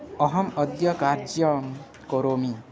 अहम् अद्य कार्यं करोमि